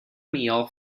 meal